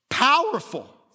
powerful